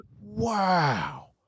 wow